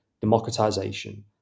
democratization